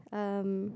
um